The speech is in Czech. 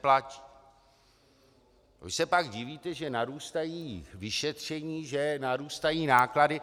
Vy se pak divíte, že narůstají vyšetření, že narůstají náklady.